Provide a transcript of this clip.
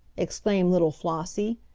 exclaimed little flossie,